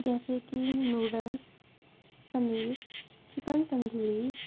جیسے کہ noodles haleem chicken tandoori